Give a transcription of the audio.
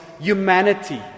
humanity